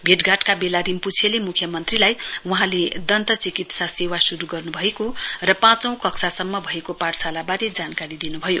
भेटघाटका बेला रिम्प्छेले म्ख्यमन्त्रीलाई वहाँले दस्त चिकित्सा सेवा श्रू गर्न्भएको र पाँचौ कक्षासम्म भएको पाठशालाबारे जानकारी दिन्भयो